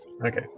Okay